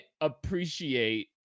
appreciate